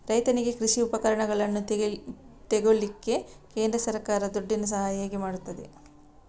ರೈತನಿಗೆ ಕೃಷಿ ಉಪಕರಣಗಳನ್ನು ತೆಗೊಳ್ಳಿಕ್ಕೆ ಕೇಂದ್ರ ಸರ್ಕಾರ ದುಡ್ಡಿನ ಸಹಾಯ ಹೇಗೆ ಮಾಡ್ತದೆ?